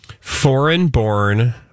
Foreign-born